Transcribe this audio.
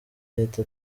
leta